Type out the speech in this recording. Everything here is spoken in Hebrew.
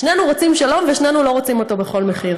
שנינו רוצים שלום, ושנינו לא רוצים אותו בכל מחיר.